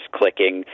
clicking